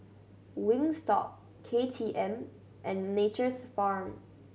Wingstop K T M and Nature's Farm